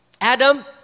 Adam